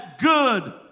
good